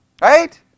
Right